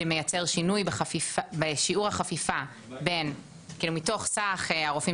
שמייצר שינוי בשיעור החפיפה מתוך סך הרופאים